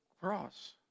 cross